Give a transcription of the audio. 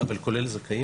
אבל כולל זכאים?